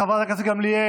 חברת הכנסת גמליאל,